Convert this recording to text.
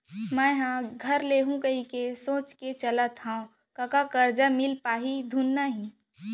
मेंहा घर लुहूं कहिके सोच के चलत हँव कका करजा मिल पाही धुन नइ कका